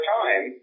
time